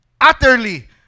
utterly